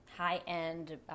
high-end